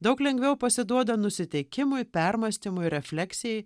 daug lengviau pasiduoda nusiteikimui permąstymui refleksijai